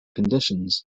conditions